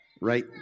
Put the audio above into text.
Right